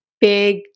big